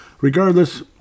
Regardless